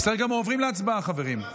עוברים להצבעה, חברים.